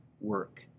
work